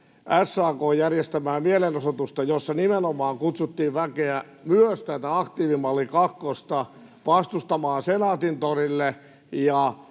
SAK:n järjestämää mielenosoitusta, jossa nimenomaan kutsuttiin väkeä vastustamaan myös tätä aktiivimalli kakkosta Senaatintorille,